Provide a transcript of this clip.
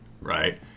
right